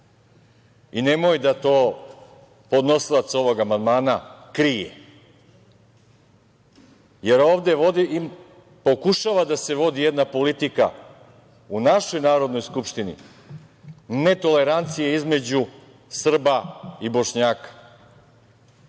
Nemoj da to podnosilac ovog amandmana krije, jer ovde pokušava da se vodi jedna politika, u našoj Narodnoj skupštini, netolerancije između Srba i Bošnjaka. Oni